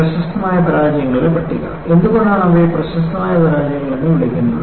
പ്രശസ്തമായ പരാജയങ്ങളുടെ പട്ടിക എന്തുകൊണ്ടാണ് അവയെ പ്രശസ്തമായ പരാജയങ്ങൾ എന്ന് വിളിക്കുന്നത്